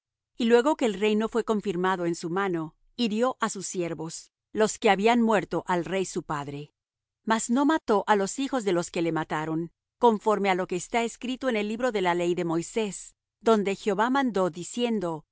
y luego que el reino fué confirmado en su mano hirió á sus siervos los que habían muerto al rey su padre mas no mató á los hijos de los que le mataron conforme á lo que está escrito en el libro de la ley de moisés donde jehová mandó diciendo